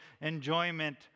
enjoyment